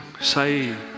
say